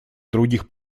других